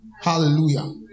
hallelujah